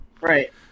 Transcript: Right